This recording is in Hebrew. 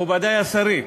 מכובדי השרים,